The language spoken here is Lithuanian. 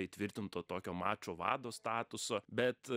įtvirtinto tokio mačo vado statuso bet